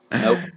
nope